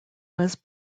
was